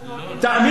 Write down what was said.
תאמין לי,